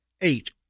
eight